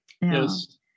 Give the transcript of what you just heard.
Yes